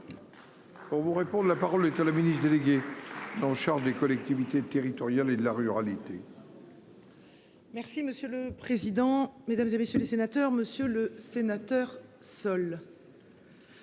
On vous répond de la parole est à la ministre déléguée en charge des collectivités territoriales et de la ruralité. Merci monsieur le président, Mesdames, et messieurs les sénateurs, Monsieur le Sénateur.